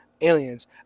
aliens